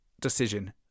decision